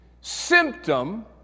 symptom